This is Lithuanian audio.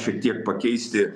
šiek tiek pakeisti